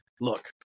look